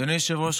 התשפ"ד 2024,